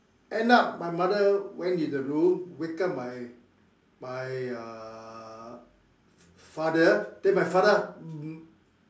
end up my mother went in the room wake up my my uh father then my father